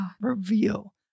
reveal